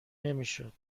نمیشد